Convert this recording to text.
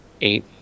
eight